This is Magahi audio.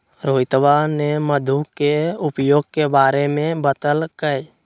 रोहितवा ने मधु के उपयोग के बारे में बतल कई